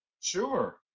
Sure